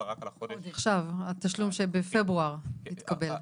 רק על החודש --- התשלום שבפברואר יתקבל.